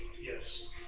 Yes